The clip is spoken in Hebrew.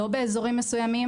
לא באזורים מסוימים.